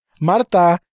Marta